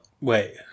wait